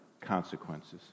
consequences